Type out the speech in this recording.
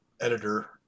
editor